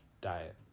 diet